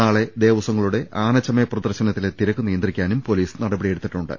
നാളെ ദേവസ്വങ്ങളുടെ ആനച്ചമയ പ്രദർശനത്തിലെ തിരക്ക് നിയന്ത്രിക്കാനും പൊലീസ് നടപടിയെടുത്തിട്ടുണ്ട്